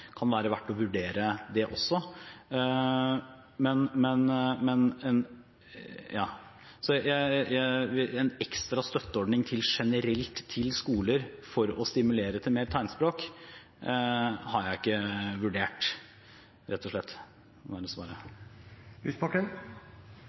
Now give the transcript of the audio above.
kan også være verdt å vurdere. En ekstra støtteordning generelt til skoler for å stimulere til mer tegnspråk har jeg rett og slett ikke vurdert. Da er mitt siste spørsmål: Vil statsråden vurdere det